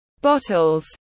bottles